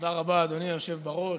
תודה רבה, אדוני היושב בראש.